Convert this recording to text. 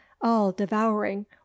all-devouring